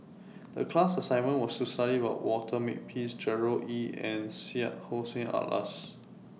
The class assignment was to study about Walter Makepeace Gerard Ee and Syed Hussein Alatas